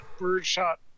birdshot